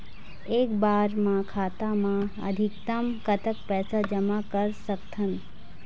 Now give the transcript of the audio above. एक बार मा खाता मा अधिकतम कतक पैसा जमा कर सकथन?